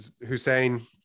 Hussein